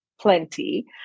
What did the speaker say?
plenty